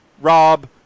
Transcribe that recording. Rob